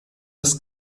das